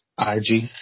IG